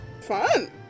Fun